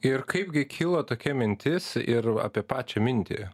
ir kaipgi kilo tokia mintis ir apie pačią mintį